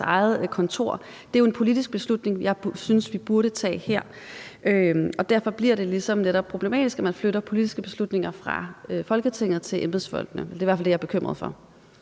eget kontor er. Det er jo en politisk beslutning, jeg synes vi burde tage her, og derfor bliver det ligesom netop problematisk, at man flytter politiske beslutninger fra Folketinget til embedsfolkene. Det i hvert fald det, jeg er bekymret over.